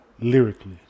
lyrically